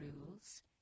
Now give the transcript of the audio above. rules